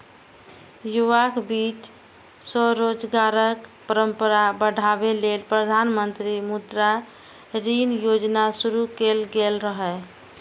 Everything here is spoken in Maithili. युवाक बीच स्वरोजगारक परंपरा बढ़ाबै लेल प्रधानमंत्री मुद्रा ऋण योजना शुरू कैल गेल रहै